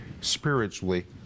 spiritually